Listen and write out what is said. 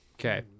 Okay